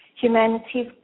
humanity's